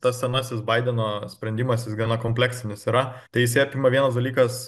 tas senasis baideno sprendimas jis gana kompleksinis yra tai jisai apima vienas dalykas